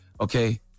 okay